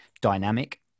dynamic